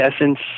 essence